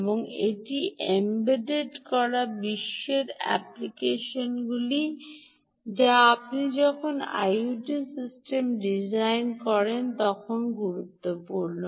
এবং এটি এম্বেড করা বিশ্বে অ্যাপ্লিকেশনগুলি যা আপনি যখন আইওটি সিস্টেম ডিজাইন করেন তখন গুরুত্বপূর্ণ